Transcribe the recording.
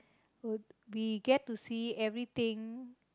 uh we get to see everything